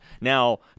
Now